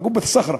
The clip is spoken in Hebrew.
עאל-קבת א-ס'ח'רה,